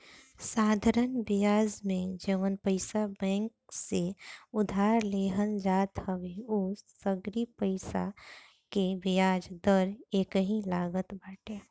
साधरण बियाज में जवन पईसा बैंक से उधार लेहल जात हवे उ सगरी पईसा के बियाज दर एकही लागत बाटे